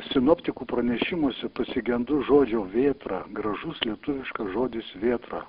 sinoptikų pranešimuose pasigendu žodžio vėtra gražus lietuviškas žodis vėtra